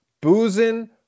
boozing